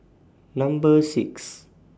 Number six